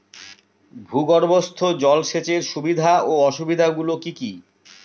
ভূগর্ভস্থ জল সেচের সুবিধা ও অসুবিধা গুলি কি কি?